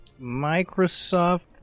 Microsoft